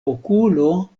okulo